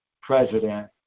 president